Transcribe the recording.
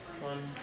One